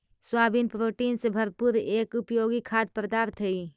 soybean protein से भरपूर एक उपयोगी खाद्य पदार्थ हई